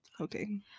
Okay